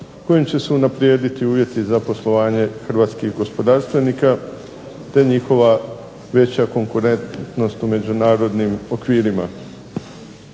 kojim će se unaprijediti uvjeti za poslovanje hrvatskih gospodarstvenika, te njihova veća konkurentnost u međunarodnim okvirima.